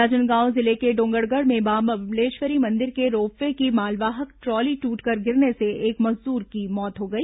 राजनांदगांव जिले के डोंगरगढ़ में मां बम्लेश्वरी मंदिर के रोपवे की मालवाहक ट्रॉली टूटकर गिरने से एक मजदूर की मौत हो गई